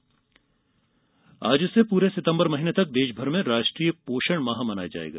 पोषण माह आज से पूरे सितंबर महीने तक देशभर में राष्ट्रीय पोषण माह मनाया जाएगा